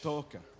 Toca